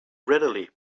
readily